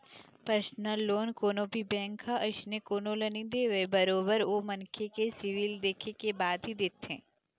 personal loan कोनो भी bank ह अइसने कोनो ल नइ देवय बरोबर ओ मनखे के सिविल देखे के बाद ही देथे